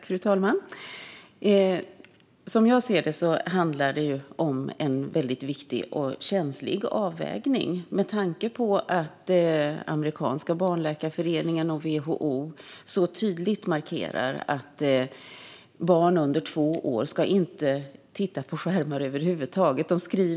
Fru talman! Som jag ser det handlar det om en viktig och känslig avvägning med tanke på att den amerikanska barnläkarföreningen och WHO tydligt markerar att barn under två år inte ska titta på skärmar över huvud taget.